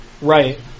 Right